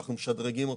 שאנחנו משדרגים אותו.